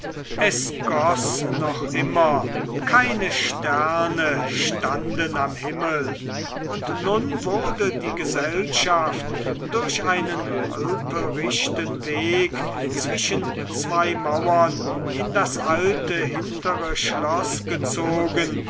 es goß noch immer keine sterne standen am himmel und nun wurde die gesellschaft durch einen holperichten weg zwischen zwei mauern in das alte hintere schloß gezogen